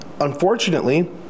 Unfortunately